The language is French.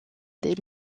des